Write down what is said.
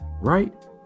right